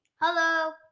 Hello